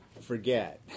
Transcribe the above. forget